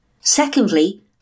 Secondly